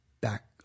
back